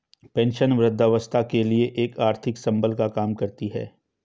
pension वृद्धावस्था के लिए एक आर्थिक संबल का काम करती है